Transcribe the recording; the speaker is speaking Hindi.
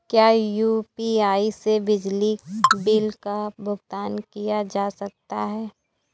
क्या यू.पी.आई से बिजली बिल का भुगतान किया जा सकता है?